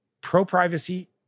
pro-privacy